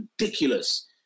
ridiculous